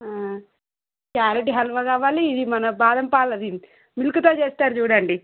carrot halwa కావాలి ఇది మన బాదంపాలది మిల్క్తో చేస్తారు చూడండి